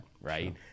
right